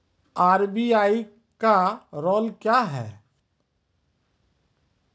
RBI का rule क्या हैं?